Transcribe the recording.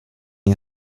nie